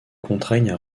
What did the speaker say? contraignent